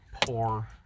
poor